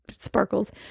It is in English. sparkles